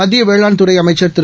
மத்திய வேளாண்துறை அமைச்சர் திரு